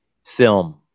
film